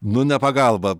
nu ne pagalba